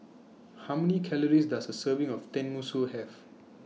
How Many Calories Does A Serving of Tenmusu Have